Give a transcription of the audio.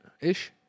ish